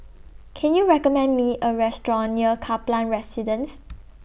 Can YOU recommend Me A Restaurant near Kaplan Residence